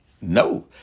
No